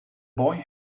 boy